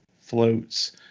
floats